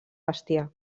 bestiar